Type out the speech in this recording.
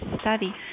study